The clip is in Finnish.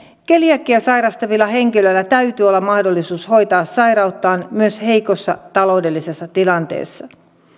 keliakiaa sairastavilla henkilöillä täytyy olla mahdollisuus hoitaa sairauttaan myös heikossa taloudellisessa tilanteessa